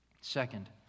Second